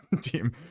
team